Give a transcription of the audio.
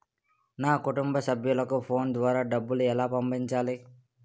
నా కుటుంబ సభ్యులకు ఫోన్ ద్వారా డబ్బులు ఎలా పంపించాలి?